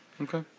Okay